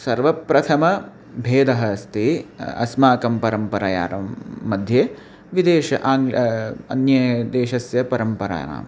सर्वप्रथमभेदः अस्ति अस्माकं परम्पराणां मध्ये विदेशे आङ्ग्लः अन्ये देशस्य परम्पराणां